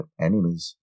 enemies